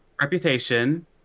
reputation